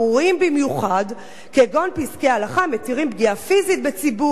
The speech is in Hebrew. כגון פסקי הלכה המתירים פגיעה פיזית בציבור על רקע גזעני,